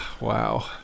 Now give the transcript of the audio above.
wow